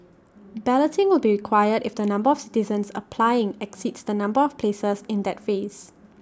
balloting will be required if the number of citizens applying exceeds the number of places in that phase